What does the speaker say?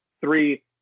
three